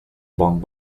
bong